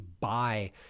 buy